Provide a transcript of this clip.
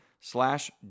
slash